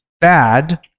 bad